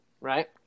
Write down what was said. right